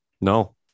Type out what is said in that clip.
No